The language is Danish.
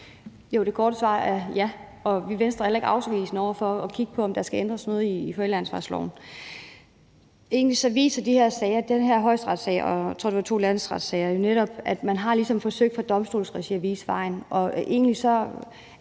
Det korte svar er ja. I Venstre er vi heller ikke afvisende over for at kigge på, om der skal ændres noget i forældreansvarsloven. Egentlig viser de her sager – højesteretssagen, og jeg tror, det var to landsretssager – at man i domstolsregi ligesom har forsøgt at vise vejen.